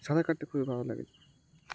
সাঁতার কাটতে খুবই ভালো লাগে